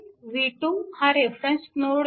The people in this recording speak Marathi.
v2 हा रेफरन्स नोड नाही